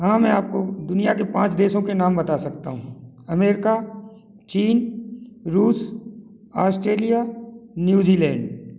हाँ मैं आप को दुनिया के पाँच देशों के नाम बता सकता हूँ अमेरिका चीन रूस आस्ट्रेलिया न्यू जीलैंड